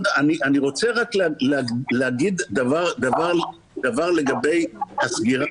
אני רוצה רק להגיד דבר לגבי הסגירה